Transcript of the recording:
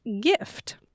gift